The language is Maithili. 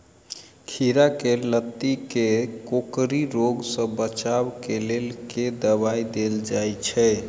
खीरा केँ लाती केँ कोकरी रोग सऽ बचाब केँ लेल केँ दवाई देल जाय छैय?